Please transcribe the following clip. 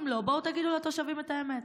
אם לא, בואו תגידו לתושבים את האמת.